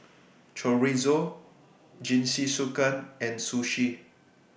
Chorizo Jingisukan and Sushi